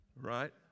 right